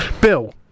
Bill